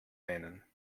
nennen